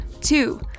Two